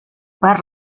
per